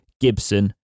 Gibson